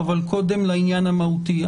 אבל קודם לעניין המהותי.